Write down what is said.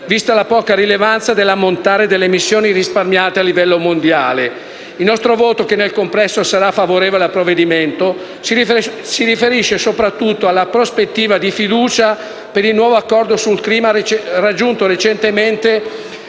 vista la poca rilevanza dell'ammontare delle emissioni risparmiate a livello mondiale. Il nostro voto, che nel complesso sarà favorevole al provvedimento, si riferisce soprattutto alla prospettiva di fiducia per il nuovo accordo sul clima raggiunto recentemente